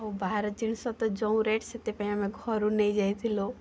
ଆଉ ବାହାର ଜିନିଷ ତ ଯୋଉ ରେଟ୍ ସେଥିପାଇଁ ଆମେ ଘରୁ ନେଇଯାଇଥିଲୁ